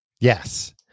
Yes